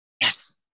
yes